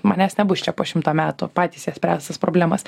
manęs nebus čia po šimto metų patys jas spręs tas problemas